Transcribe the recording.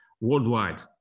worldwide